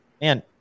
man